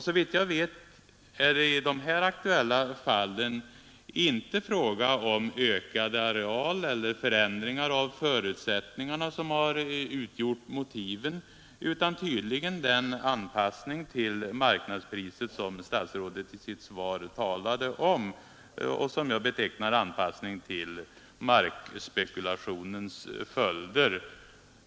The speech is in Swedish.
Såvitt jag vet är det i dessa fall inte ökad areal eller förändringar av förutsättningarna som har utgjort motiven, utan tydligen är det den anpassning till marknadspriset som statsrådet i sitt svar talade om och som jag betecknar som en anpassning till markspekulationens följder.